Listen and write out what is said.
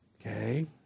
Okay